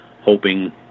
hoping